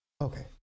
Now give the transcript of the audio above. okay